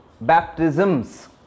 Baptisms